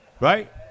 Right